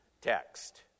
text